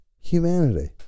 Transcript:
humanity